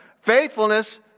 Faithfulness